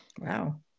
Wow